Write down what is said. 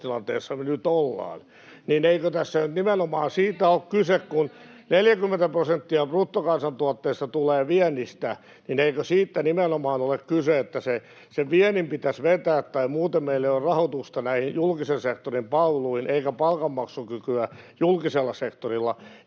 taloustilanteessa me nyt ollaan, niin kun 40 prosenttia bruttokansantuotteesta tulee viennistä, niin eikö tässä nyt nimenomaan siitä ole kyse, että sen viennin pitäisi vetää, tai muuten meillä ei ole rahoitusta näihin julkisen sektorin palveluihin eikä palkanmaksukykyä julkisella sektorilla?